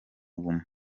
guma